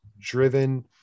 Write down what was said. driven